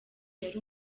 yari